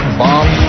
bomb